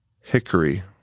Hickory